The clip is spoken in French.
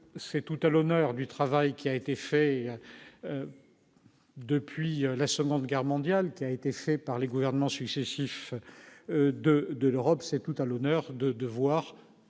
c'est tout à l'honneur du travail qui a été fait depuis la Seconde Guerre mondiale, qui a été fait par les gouvernements successifs de de l'Europe,